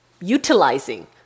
utilizing